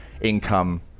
income